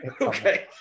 Okay